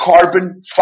carbon